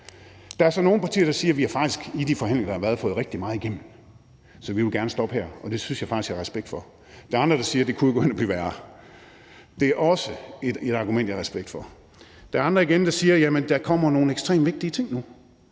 Der er så nogle partier, der siger, at vi faktisk i de forhandlinger, der har været, har fået rigtig meget igennem, og at de så faktisk gerne vil stoppe her. Det har jeg faktisk respekt for. Der er andre, der siger, at det kunne gå hen og blive værre. Det er også et argument, jeg har respekt for. Der er andre igen, der siger, at der kommer nogle ekstremt vigtige ting nu: